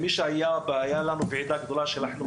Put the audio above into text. הייתה לנו ועידה גדולה בטמרה של החינוך